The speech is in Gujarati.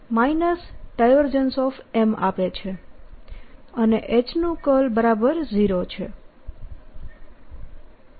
M આપે છે અને H નું કર્લ H0 છે